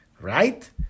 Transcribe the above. Right